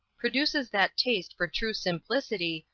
produces that taste for true simplicity,